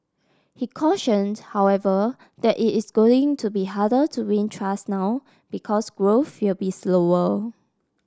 he cautioned however that it is going to be harder to win trust now because growth will be slower